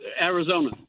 Arizona